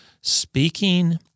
speaking